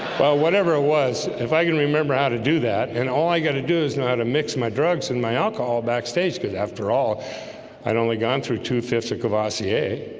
well, whatever it was if i can remember how to do that and all i got to do is know how to mix my drugs and my alcohol backstage good after all i'd only gone through two fifths of courvoisier